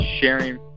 sharing